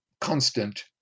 constant